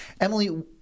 emily